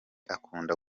akunda